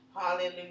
hallelujah